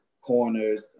corners